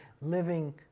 living